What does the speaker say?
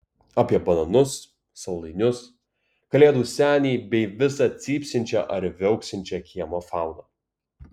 apie bananus saldainius kalėdų senį bei visą cypsinčią ar viauksinčią kiemo fauną